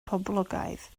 poblogaidd